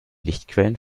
lichtquellen